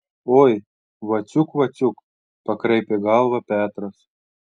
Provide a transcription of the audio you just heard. oi vaciuk vaciuk pakraipė galvą petras